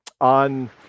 on